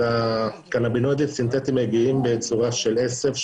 אז הקנבינואידים סינתטיים מגיעים בצורה של עשב,